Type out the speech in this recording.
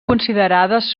considerades